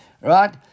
Right